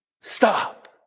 Stop